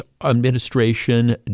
administration